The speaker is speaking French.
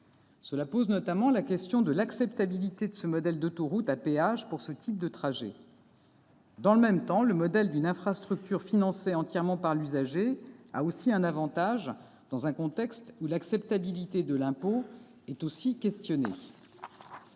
Cela pose notamment la question de l'acceptabilité de ce modèle d'autoroute à péage pour ce type de trajets. Dans le même temps, le modèle d'une infrastructure financée entièrement par l'usager a un avantage dans un contexte où l'acceptabilité de l'impôt est, elle aussi,